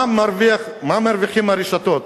כמה מרוויחות הרשתות?